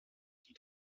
die